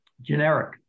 Generic